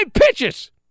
pitches